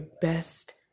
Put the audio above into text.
best